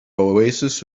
oasis